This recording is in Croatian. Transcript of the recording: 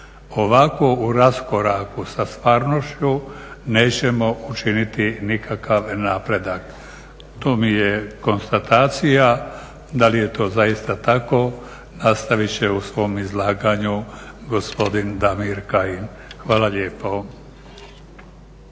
Ovako u raskoraku sa stvarnošću nećemo učiniti nikakav napredak. Tu mi je konstatacija da li je to zaista tako, nastaviti će u svome izlaganju gospodin Damir Kajin. Hvala lijepo.